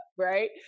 Right